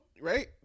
right